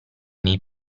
nei